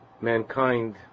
mankind